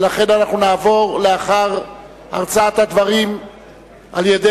ולכן אנחנו נעבור לאחר הרצאת הדברים על-ידי